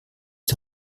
die